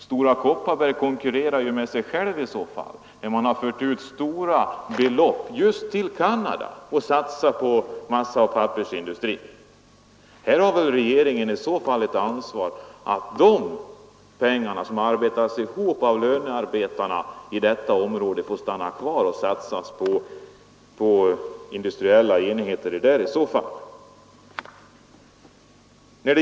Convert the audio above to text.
Stora Kopparberg konkurrerar med sig självt i så fall, eftersom företaget har fört ut stora belopp just till Canada och satsat på pappersoch massaindustrin. Här har regeringen ett ansvar, nämligen att se till att de pengarna — som arbetats ihop av lönearbetarna i detta område — får stanna kvar och satsas på industriella enheter där.